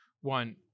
one